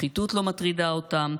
שחיתות לא מטרידה אותם,